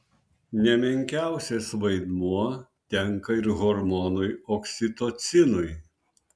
ne menkiausias vaidmuo tenka ir hormonui oksitocinui